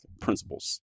principles